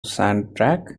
soundtrack